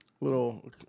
Little